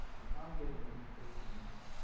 and i'm getting an education now.